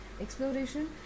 Exploration